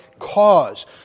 cause